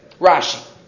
Rashi